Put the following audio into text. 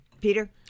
Peter